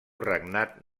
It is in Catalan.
regnat